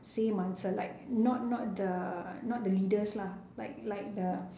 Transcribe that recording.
same answer like not not the not the leaders lah like like the